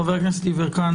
חבר הכנסת יברקן.